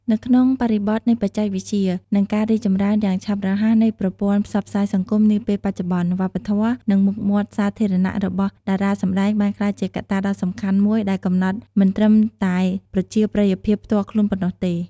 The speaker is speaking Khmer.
នៅក្នុងបរិបទនៃបច្ចេកវិទ្យា និងការរីកចម្រើនយ៉ាងឆាប់រហ័សនៃប្រព័ន្ធផ្សព្វផ្សាយសង្គមនាពេលបច្ចុប្បន្ន វប្បធម៌ និងមុខមាត់សាធារណៈរបស់តារាសម្ដែងបានក្លាយជាកត្តាដ៏សំខាន់មួយដែលកំណត់មិនត្រឹមតែប្រជាប្រិយភាពផ្ទាល់ខ្លួនប៉ុណ្ណោះទេ។